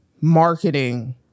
marketing